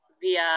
via